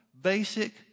basic